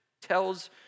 tells